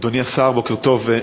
אדוני השר, בוקר טוב.